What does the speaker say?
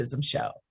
show